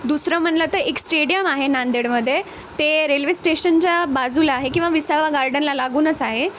दुसरं म्हटलं तर एक स्टेडियम आहे नांदेडमध्ये ते रेल्वे स्टेशनच्या बाजूला आहे किंवा विसावा गार्डनला लागूनच आहे